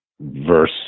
Verse